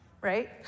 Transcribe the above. right